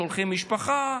שולחים משפחה,